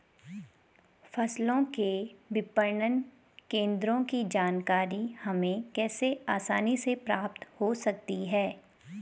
फसलों के विपणन केंद्रों की जानकारी हमें कैसे आसानी से प्राप्त हो सकती?